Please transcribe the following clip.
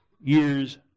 years